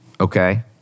okay